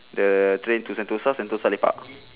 the train to sentosa sentosa lepak